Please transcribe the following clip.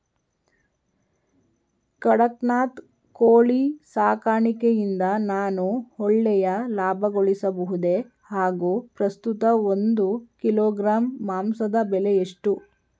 ಕಡಕ್ನಾತ್ ಕೋಳಿ ಸಾಕಾಣಿಕೆಯಿಂದ ನಾನು ಒಳ್ಳೆಯ ಲಾಭಗಳಿಸಬಹುದೇ ಹಾಗು ಪ್ರಸ್ತುತ ಒಂದು ಕಿಲೋಗ್ರಾಂ ಮಾಂಸದ ಬೆಲೆ ಎಷ್ಟು?